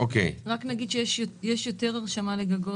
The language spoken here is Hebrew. רק נגיד שיש יותר הרשמה לגגות.